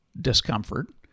discomfort